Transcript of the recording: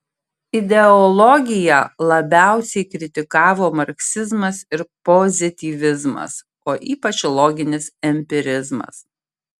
ideologiją labiausiai kritikavo marksizmas ir pozityvizmas o ypač loginis empirizmas